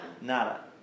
Nada